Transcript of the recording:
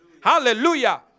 Hallelujah